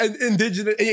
Indigenous